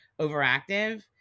overactive